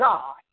God